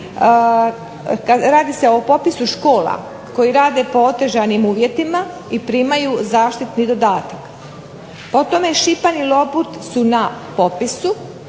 radi se o popisu škola koje rade po otežanim uvjetima i primaju zaštitni dodatak. O tome Šipan i Lopud su na popisu,